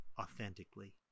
authentically